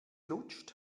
lutscht